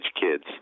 kids